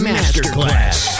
Masterclass